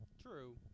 True